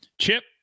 Chip